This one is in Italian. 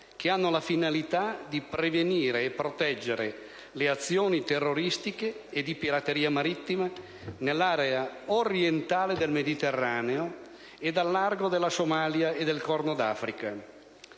che hanno la finalità di prevenire e proteggere dalle azioni terroristiche e di pirateria marittima nell'area orientale del Mediterraneo ed al largo della Somalia e del Corno d'Africa.